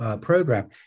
program